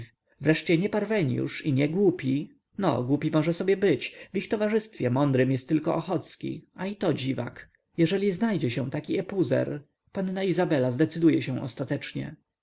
wreszcie nie parweniusz i niegłupi no głupi może sobie być w ich towarzystwie mądrym jest tylko ochocki a i to dziwak jeżeli znajdzie się taki epuzer panna izabela zdecyduje się ostatecznie